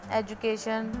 education